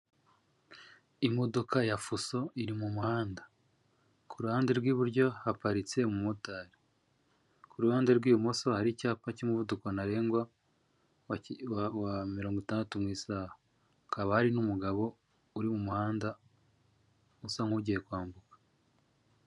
Imodoka ya fuso iri mu muhanda, ku ruhande rw'iburyo haparitse umumotari, ku ruhande rw'ibumoso hari icyapa cy'umuvuduko ntarengwa wa mirongo itandatu mu isaha, hakaba hari n'umugabo uri mu muhanda usa nk'ugiye kwambuka.